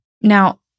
Now